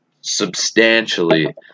substantially